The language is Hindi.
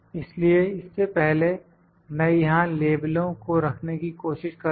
इसलिए इससे पहले मैं यहां लेबलो को रखने की कोशिश करूँगा